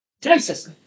Texas